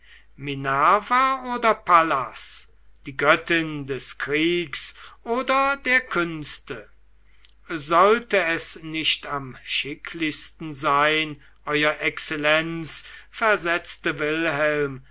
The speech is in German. minerva oder pallas die göttin des krieges oder der künste sollte es nicht am schicklichsten sein ew exzellenz versetzte wilhelm